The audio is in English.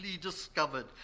discovered